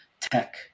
tech